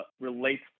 relates